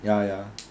ya ya